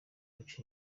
guca